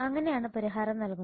അങ്ങനെയാണ് പരിഹാരം നൽകുന്നത്